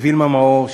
לווילמה מאור,